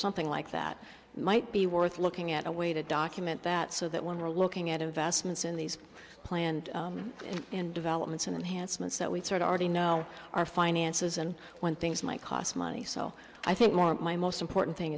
something like that might be worth looking at a way to document that so that when we're looking at investments in these planned and developments in the handsomest that we sort of already know our finances and when things might cost money so i think more my most important thing